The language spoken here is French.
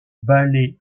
ballet